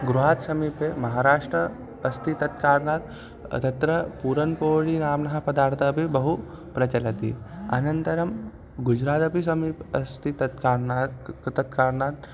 गृहात् समीपे महाराष्ट्र अस्ति तत्कारणात् तत्र पूरन्पोडिनाम्नः पदार्थः अपि बहु प्रचलति अनन्तरं गुजरातः अपि समीपे अस्ति तत् कारणात् तत्कारणात्